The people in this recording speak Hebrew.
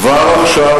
כבר עכשיו,